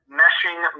meshing